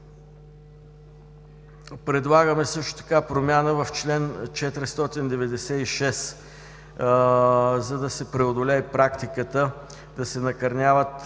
Предлагаме също така промяна в чл. 496, за да се преодолее практиката да се накърняват